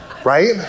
right